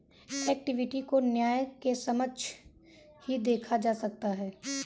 equity को न्याय के समक्ष ही देखा जा सकता है